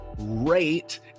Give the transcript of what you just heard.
rate